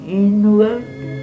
inward